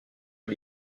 aux